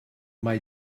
mai